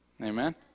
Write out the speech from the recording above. amen